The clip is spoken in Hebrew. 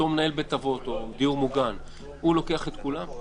אותו מנהל בית אבות לוקח את כולם?